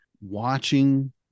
watching